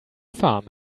farm